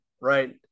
right